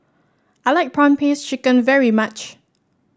I like prawn paste chicken very much